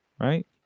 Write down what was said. right